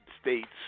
states